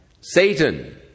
Satan